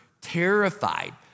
terrified